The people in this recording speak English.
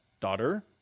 daughter